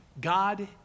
God